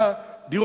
לבעליו החוקיים,